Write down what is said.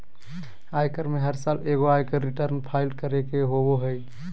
आयकर में हर साल एगो आयकर रिटर्न फाइल करे के होबो हइ